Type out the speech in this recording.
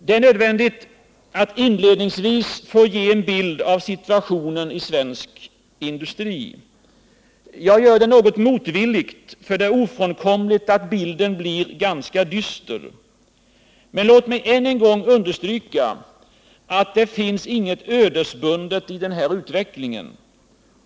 Det är nödvändigt att inledningsvis få ge en bild av situationen i svensk industri. Jag gör det något motvilligt, för det är ofrånkomligt att denna bild blir ganska dyster. Men låt mig än en gång understryka att det finns inget ödesbundet i den här utvecklingen.